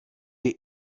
die